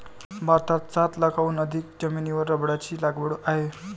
भारतात सात लाखांहून अधिक जमिनीवर रबराची लागवड आहे